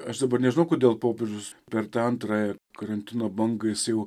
aš dabar nežinau kodėl popiežius per tą antrąją karantino bangą jis jau